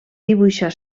dibuixar